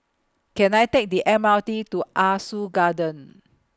Can I Take The M R T to Ah Soo Garden